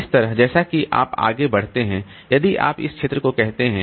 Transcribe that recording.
इसी तरह जैसा कि आप आगे बढ़ते हैं यदि आप इस क्षेत्र को कहते हैं